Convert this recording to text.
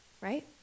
right